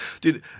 Dude